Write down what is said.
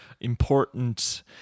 important